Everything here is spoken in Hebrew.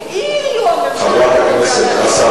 כאילו הממשלה לא רוצה להשיב.